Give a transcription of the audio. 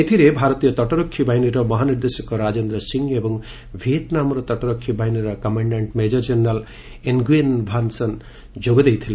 ଏଥିରେ ଭାରତୀୟ ତଟରକ୍ଷୀ ବାହିନୀର ମହାନିର୍ଦ୍ଦେଶକ ରାଜେନ୍ଦ୍ର ସିଂ ଏବଂ ଭିଏତ୍ନାମ୍ ତଟରକ୍ଷୀ ବାହିନୀର commandant major general Nguyen Van Son ଯୋଗ ଦେଇଥିଲେ